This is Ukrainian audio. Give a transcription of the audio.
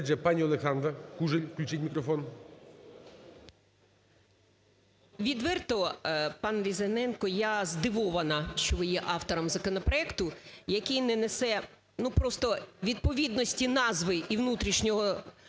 Відверто, пан Різаненко, я здивована, що ви є автором законопроекту, який не несе, ну, просто відповідності назви і внутрішнього